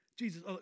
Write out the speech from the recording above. Jesus